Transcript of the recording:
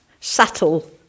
subtle